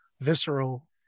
visceral